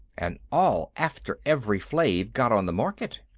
and all after evri-flave got on the market.